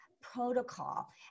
protocol